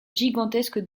gigantesque